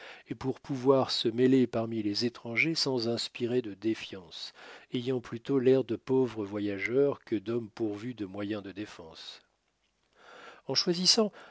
et pour pouvoir se mêler parmi les étrangers sans inspirer de défiance ayant plutôt l'air de pauvres voyageurs que d'hommes pourvus de moyens de défense en choisissant